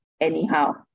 anyhow